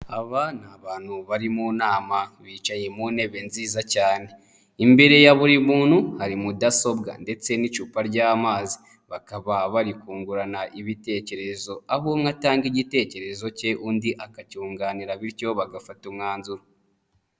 Aba ni abantu bari mu nama, bicaye mu ntebe nziza cyane, imbere ya buri muntu hari mudasobwa, ndetse n'icupa ry'amazi, bakaba bari kungurana ibitekerezo ,aho umwe atanga igitekerezo cye, undi akacyunganira bityo bagafata umwanzuro.